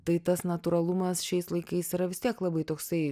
tai tas natūralumas šiais laikais yra vis tiek labai toksai